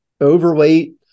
overweight